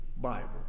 Bible